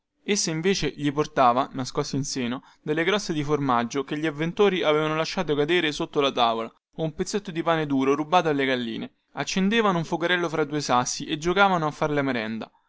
essa invece gli portava nascoste in seno delle croste di formaggio che gli avventori avevano lasciato cadere sotto la tavola o un pezzetto di pane duro rubato alle galline accendevano un focherello fra due sassi e giocavano a far la merenda